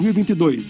2022